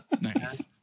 Nice